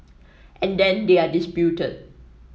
and then they are disputed